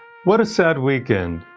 what a sad weekend.